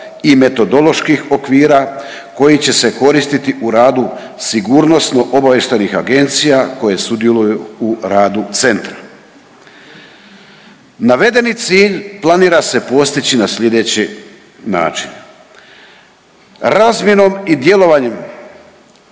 i metodoloških okvira koji će se koristiti u radu sigurnosno-obavještajnih agencija koje sudjeluju u radu Centra. Navedeni cilj planira se postići na sljedeći način, razmjenom i djelovanjem,